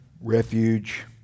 refuge